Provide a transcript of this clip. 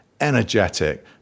energetic